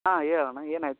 ಹಾಂ ಹೇಳ್ ಅಣ್ಣ ಏನಾಯ್ತು